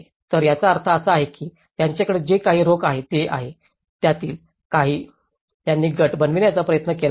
तर याचा अर्थ असा आहे की त्यांच्याकडे जे काही रोख आहे ते आहे त्यातील काही त्यांनी गट बनवण्याचा प्रयत्न केला आहे